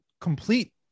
complete